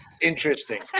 interesting